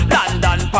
London